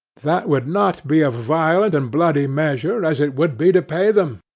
that would not be a violent and bloody measure, as it would be to pay them,